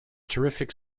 terrific